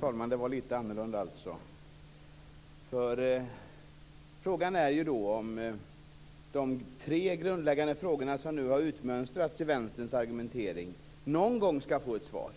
Fru talman! Frågan är om de tre grundläggande frågor som nu har utmönstrats i Vänsterns argumentering någon gång skall få svar.